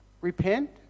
repent